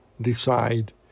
decide